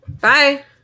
Bye